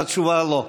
אז התשובה: לא.